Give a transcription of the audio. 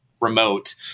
remote